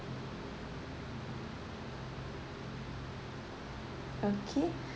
okay